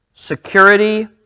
security